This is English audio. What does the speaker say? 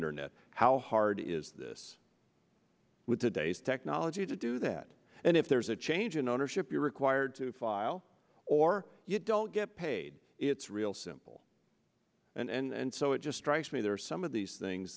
internet how hard is this with today's technology to do that and if there's a change in ownership you're required to file or you don't get paid it's real simple and so it just strikes me there are some of these things